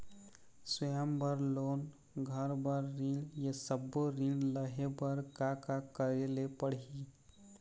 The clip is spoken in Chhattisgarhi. स्वयं बर लोन, घर बर ऋण, ये सब्बो ऋण लहे बर का का करे ले पड़ही?